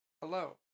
Hello